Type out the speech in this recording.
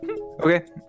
Okay